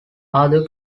other